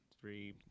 three